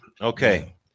okay